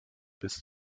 bis